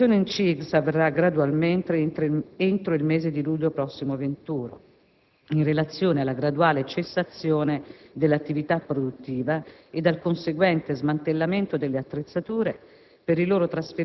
La collocazione in CIGS avverrà gradualmente entro il mese di luglio prossimo venturo, in relazione alla graduale cessazione dell'attività produttiva ed al conseguente smantellamento delle attrezzature